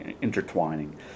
intertwining